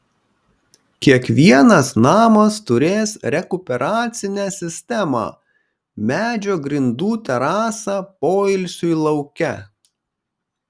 kiekvienas namas turės rekuperacinę sistemą medžio grindų terasą poilsiui lauke